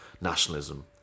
Nationalism